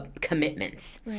commitments